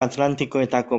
atlantikoetako